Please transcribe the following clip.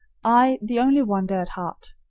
i the only wanderer at heart.